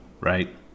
right